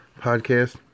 podcast